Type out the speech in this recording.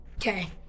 Okay